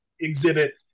exhibit